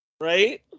Right